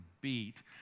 beat